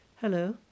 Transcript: Hello